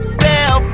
bell